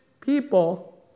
people